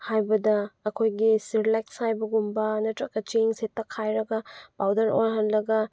ꯍꯥꯏꯕꯗ ꯑꯩꯈꯣꯏꯒꯤ ꯁꯦꯂꯦꯛꯁ ꯍꯥꯏꯕꯒꯨꯝꯕ ꯅꯠꯇ꯭ꯔꯒ ꯆꯦꯡꯁꯦ ꯇꯛꯈꯥꯏꯔꯒ ꯄꯥꯎꯗꯔ ꯑꯣꯜꯍꯜꯂꯒ